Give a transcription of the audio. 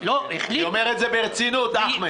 אני אומר את זה ברצינות, אחמד.